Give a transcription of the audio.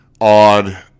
odd